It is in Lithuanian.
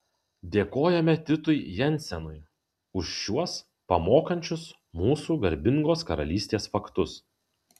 dėkojame titui jensenui už šiuos pamokančius mūsų garbingos karalystės faktus